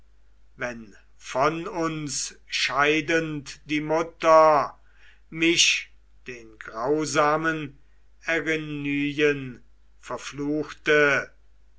wenn von uns scheidend die mutter mich den grausen erinnen verfluchte